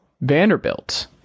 Vanderbilt